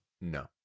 No